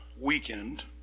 weekend